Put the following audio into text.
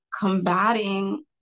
combating